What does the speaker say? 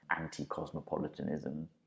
anti-cosmopolitanism